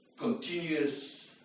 continuous